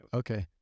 okay